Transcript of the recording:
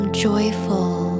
Joyful